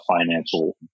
financial